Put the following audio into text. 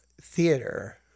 theater